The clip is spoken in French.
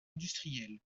industrielle